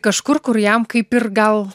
kažkur kur jam kaip ir gal